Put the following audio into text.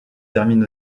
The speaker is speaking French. termine